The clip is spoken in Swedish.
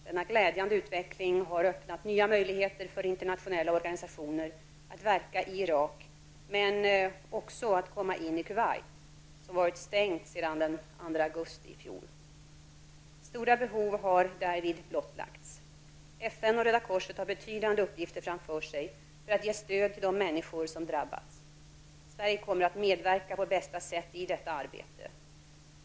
Denna glädjande utveckling har öppnat nya möjligheter för internationella organisationer att verka i Irak men också att komma in i Kuwait, som varit stängt sedan den 2 augusti i fjol. Stora behov har därvid blottlagts. FN och Röda korset har betydande uppgifter framför sig för att ge stöd till de människor som drabbats. Sverige kommer att medverka på bästa sätt i detta arbete.